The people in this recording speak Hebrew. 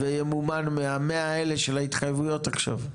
וימומן מה-100 האלה מההתחייבויות עכשיו?